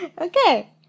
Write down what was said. Okay